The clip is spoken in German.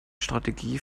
strategie